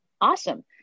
Awesome